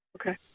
Okay